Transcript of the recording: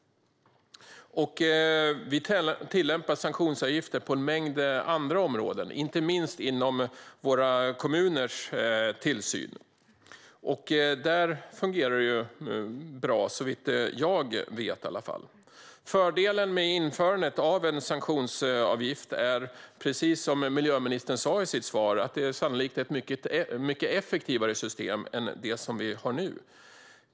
Vi tillämpar sanktionsavgifter på en mängd andra områden, inte minst inom våra kommuners tillsyn. Där fungerar det bra, i alla fall såvitt jag vet. Fördelen med införandet av en sanktionsavgift är, precis som miljöministern sa i sitt svar, att det sannolikt är ett mycket effektivare system än det som vi nu har.